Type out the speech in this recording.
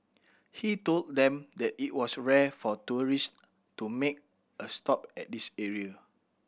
he told them that it was rare for tourist to make a stop at this area